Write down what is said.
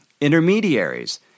intermediaries